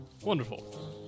Wonderful